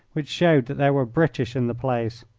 which showed that there were british in the place.